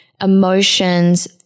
emotions